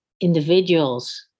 individuals